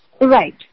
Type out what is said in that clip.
Right